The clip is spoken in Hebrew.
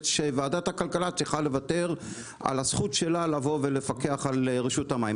שוועדת הכלכלה צריכה לוותר על הזכות שלה לפקח על רשות המים.